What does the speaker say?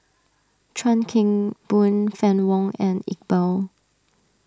Chuan Keng Boon Fann Wong and Iqbal